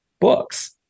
books